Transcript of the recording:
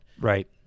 Right